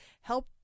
help